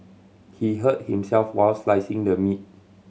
he hurt himself while slicing the meat